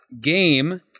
game